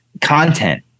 content